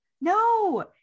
no